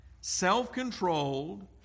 self-controlled